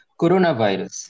Coronavirus